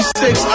six